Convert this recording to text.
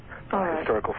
historical